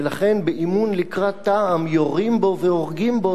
ולכן באימון לקראת תע"מ יורים בו והורגים בו,